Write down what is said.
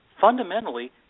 fundamentally